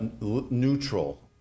neutral